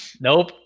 Nope